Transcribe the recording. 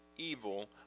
Evil